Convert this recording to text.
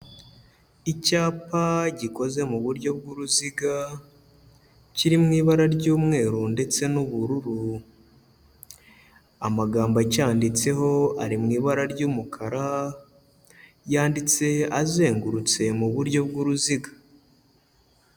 Icyapa gikoze mu buryo bw'uruziga kiri mu ibara ry'umweru ndetse n'ubururu, amagambo acyanditseho ari mu ibara ry'umukara yanditse azengurutse mu buryo bw'uruziga.